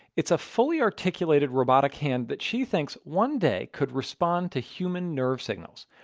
it's a fully articulated robotic hand that she thinks one day could respond to human nerve signals.